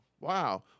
wow